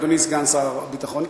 אדוני סגן שר הביטחון,